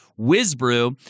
whizbrew